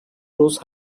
bruce